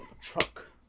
truck